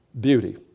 beauty